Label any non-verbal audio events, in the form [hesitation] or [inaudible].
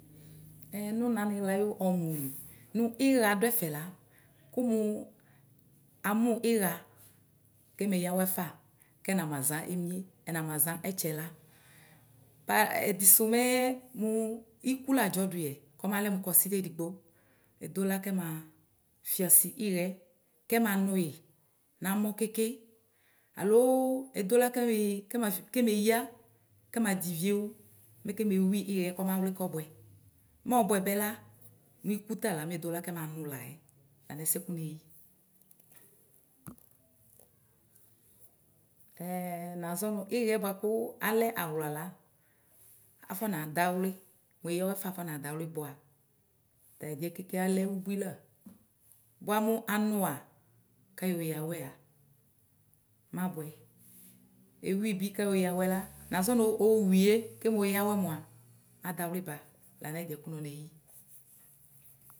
Ɛɛ nʋ nanyla ayʋ ɔmʋlɩ nʋ ya dʋ ɛfɛ la kʋ mʋ amʋ ya kɛmeya awɛ fa kɛnama za emie kɛnama za ɛtsɛ la ta ɛdɩsʋ mɛ mʋ ɩkʋ ladzɔ dʋyɛ kɔmalɛ mɛ kɔsɩdɛ edɩgbo edʋla kɛma fɩasɩ ɩɣaɛ kɛma nʋyɩ namɔ keke alʋ edola kema keme ya kɛmadɛ iʋie wʋ mɛke mewi yɛ kɔmawlɩ kɔbʋɛ mɛ ɔbʋabɛ la mɩkʋ tala medola kɛma nʋ layɛ lanʋ ɛsɛ kʋ neyi [hesitation] mɛ nazɔ nʋ ɩɣɛ bʋakʋ alɛ awla la afɔnadawlɩ mʋ eɩɣa awɛfa afɔnadawlɩ bʋa tayedɩɛ keke alɛ bɩ la bʋa mʋ anʋa kaŋɔ ya awɛa mabʋɛ ewʋi bɩ kaŋɔya awɛla nazɔ nʋ owɩie kɛmʋya awɛ adawlɩ ba lanʋ ɛdɩɛ kʋ nɔ neyɩ.